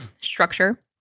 structure